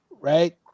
right